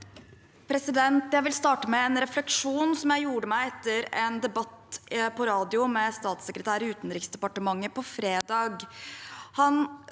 Jeg vil starte med en refleksjon jeg gjorde meg etter en debatt på radio med statssekretær i Utenriksdepartementet på fredag.